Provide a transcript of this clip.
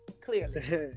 Clearly